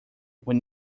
when